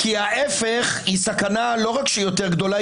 כי ההיפך הוא סכנה לא רק יותר גדולה,